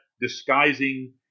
disguising